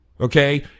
Okay